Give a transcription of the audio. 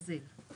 ברזיל.